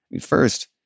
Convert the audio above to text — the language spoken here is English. First